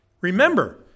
Remember